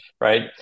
Right